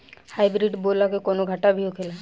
Hybrid बोला के कौनो घाटा भी होखेला?